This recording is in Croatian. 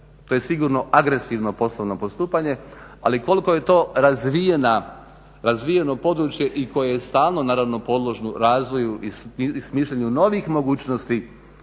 To je sigurno agresivno poslovno postupanje, ali koliko je to razvijeno područje i koje je stalno naravno podložno razvoju i smišljanju novih mogućnosti